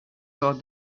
thought